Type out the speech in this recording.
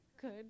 good